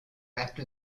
after